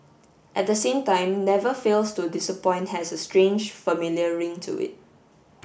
at the same time never fails to disappoint has a strange familiar ring to it